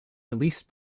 released